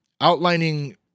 outlining